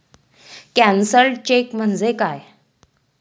Cancelled cheque म्हणजे काय?